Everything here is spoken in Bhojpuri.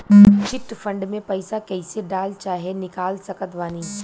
चिट फंड मे पईसा कईसे डाल चाहे निकाल सकत बानी?